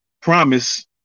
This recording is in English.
promise